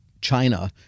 China